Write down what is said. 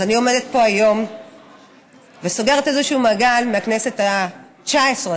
אני עומדת פה היום וסוגרת איזשהו מעגל מהכנסת התשע עשרה,